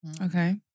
Okay